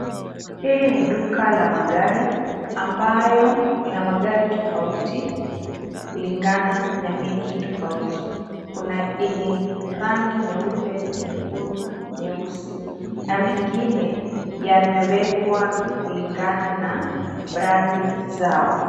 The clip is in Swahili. Hili ni duka la magari ambayo lina magari tofauti kulingana na meki tofauti. Kuna enye rangi nyeupe, nyekundu, nyeusi na mengine yamewekwa kulingana na brandi zao.